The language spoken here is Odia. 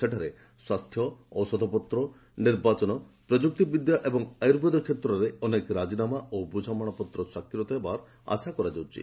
ସେଠାରେ ସ୍ୱାସ୍ଥ୍ୟ ଔଷଧପତ୍ର ନିର୍ବାଚନ ପ୍ରଯୁକ୍ତି ବିଦ୍ୟା ଓ ଆୟୁର୍ବେଦ କ୍ଷେତ୍ରରେ ଅନେକ ରାଜିନାମା ଓ ବୁଝାମଣାପତ୍ର ସ୍ୱାକ୍ଷରିତ ହେବାର ଆଶା କରାଯାଉଛି